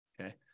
Okay